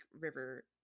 river